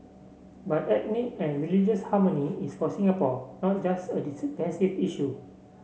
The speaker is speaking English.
but ethnic and religious harmony is for Singapore not just a defensive issue